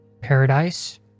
paradise